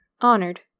honored